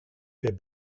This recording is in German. wer